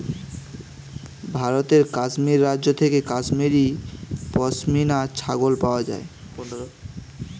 ভারতের কাশ্মীর রাজ্য থেকে কাশ্মীরি পশমিনা ছাগল পাওয়া যায়